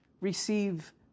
receive